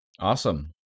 Awesome